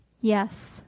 Yes